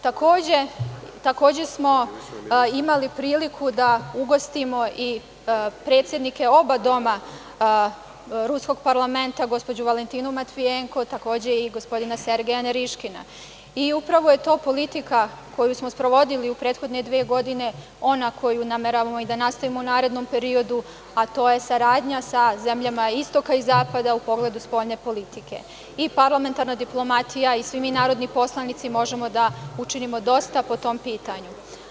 Takođe smo imali priliku da ugostimo i predsednike oba doma Ruskog parlamenta gospođu Valentinu Matvijenko, takođe i gospodina Sergeja Neriškina, i upravo je to politika koju smo sprovodili u prethodne dve godine, ona koju nameravamo da nastavimo u narednom periodu, a to je saradnja sa zemljama istoka i zapada u pogledu spoljne politike i parlamentarna diplomatija i svi mi narodni poslanici možemo da učinimo dosta po tom pitanju.